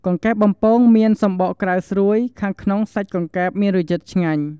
កង្កែបបំពងមានសំបកក្រៅស្រួយ ខាងក្នុងសាច់កង្កែបមានរសជាតិឆ្ងាញ់។